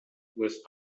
was